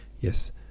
Yes